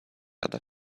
other